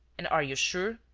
and are you sure.